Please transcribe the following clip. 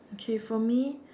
okay for me